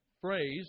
phrase